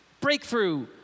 breakthrough